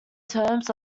terms